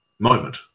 moment